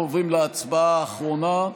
אנחנו עוברים להצבעה האחרונה,